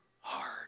hard